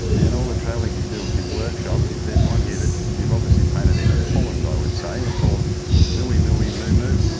and all the travelling you do with your workshops. there's one here that you've obviously painted in holland, i would say called mooy mooy moo moo,